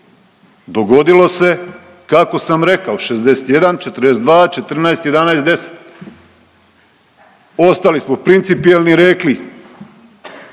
Dogodilo se kako sam rekao 61, 42, 14, 11, 10. Ostali smo principijelni rekli